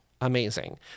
amazing